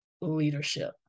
leadership